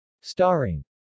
Starring